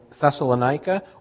Thessalonica